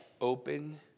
open